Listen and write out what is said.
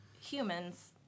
humans